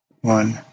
one